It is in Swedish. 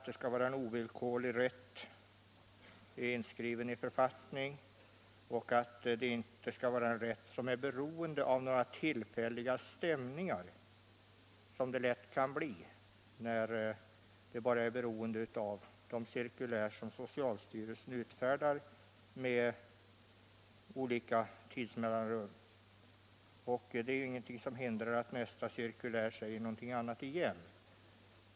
Det skall finnas en ovillkorlig rätt, inskriven i författningen, en rätt som inte är beroende av tillfälliga stämningar som det lätt kan bli när det bara hänger på de cirkulär socialstyrelsen utfärdar med olika tidsmellanrum. Det är ingenting som hindrar att nästa cirkulär säger någonting annat igen.